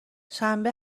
شنبه